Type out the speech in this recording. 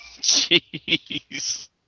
Jeez